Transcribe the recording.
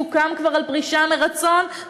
סוכם כבר על פרישה מרצון,